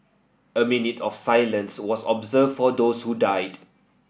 a minute of silence was observed for those who died